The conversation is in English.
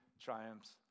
triumphs